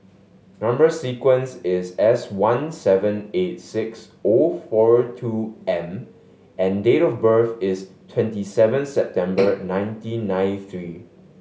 number sequence is S one seven eight six O four two M and date of birth is twenty seven September nineteen nine three